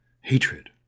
hatred